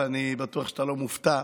ואני בטוח שאתה לא מופתע,